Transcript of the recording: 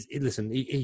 listen